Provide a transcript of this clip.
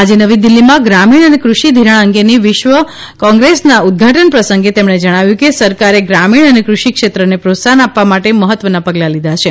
આજે નવી દિલ્ફીમાં ગ્રામીણ અને કૃષિ ધિરાણ અંગેની વિશ્વ કોગ્રેસના ઉદઘાટન પ્રસંગે તેમણે જણાવ્યુ કે સરકારે ગ્રામીણ અને કૃષિ ક્ષેત્રને પ્રોત્સાહન આપવા માટે મહત્વનાં પગલાં લીધા છે